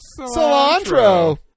Cilantro